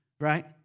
right